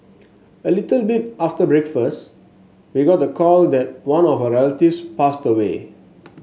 a little bit after breakfast we got the call that one of our passed away